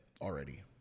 already